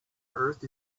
earth